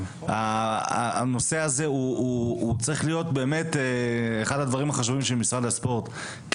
הנושא הזה צריך להיות אחד הדברים החשובים של משרד הספורט.